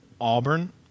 Auburn